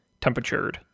temperatured